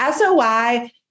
SOI